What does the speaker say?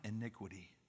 iniquity